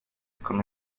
con